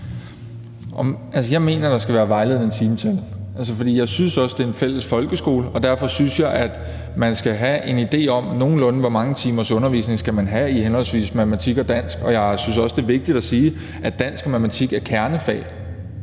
Jeg mener, at der skal være vejledende timetal, for jeg synes også, at det er en fælles folkeskole, og derfor synes jeg, at man skal have en idé om nogenlunde, hvor mange timers undervisning de skal have i henholdsvis matematik og dansk, og jeg synes også, det er vigtigt at sige, at dansk og matematik er kernefag,